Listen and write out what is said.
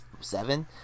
seven